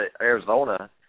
Arizona